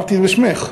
אמרתי בשמך.